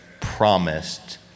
promised